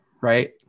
Right